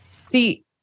See